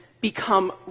become